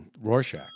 Rorschach